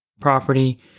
property